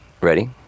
Ready